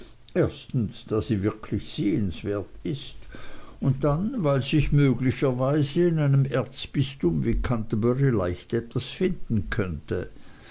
erstens da sie wirklich sehenswert ist und dann weil sich möglicherweise in einem erzbistum wie canterbury leicht etwas finden könnte